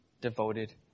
devoted